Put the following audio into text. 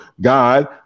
God